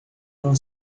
não